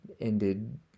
ended